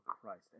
Christ